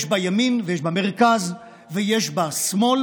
יש בה ימין ויש בה מרכז ויש בה שמאל,